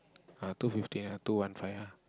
err two fifty ah two one five ah